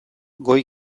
goi